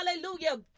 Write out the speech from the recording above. Hallelujah